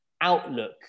outlook